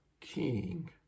king